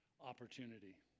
opportunity